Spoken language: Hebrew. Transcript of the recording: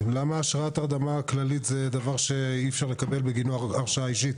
למה הרשאת הרדמה כללית זה דבר שאי אפשר לקבל בגינו הרשאה אישית?